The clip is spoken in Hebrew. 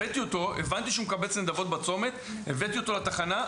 הבנתי שהוא מקבץ נדבות בצומת והבאתי אותו לתחנה,